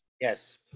Yes